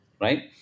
right